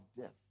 death